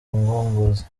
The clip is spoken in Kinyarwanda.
ngogozi